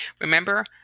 Remember